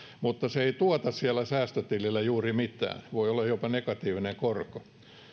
mutta se ei tuota siellä säästötilillä juuri mitään voi olla jopa negatiivinen korko